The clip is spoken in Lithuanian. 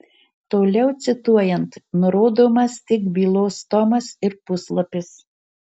toliau cituojant nurodomas tik bylos tomas ir puslapis